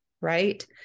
Right